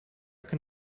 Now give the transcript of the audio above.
can